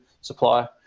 supply